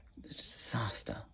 Disaster